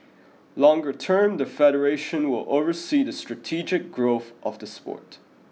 longer term the federation will oversee the strategic growth of the sport